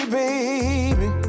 baby